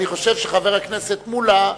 אני חושב שחבר הכנסת מולה,